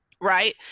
right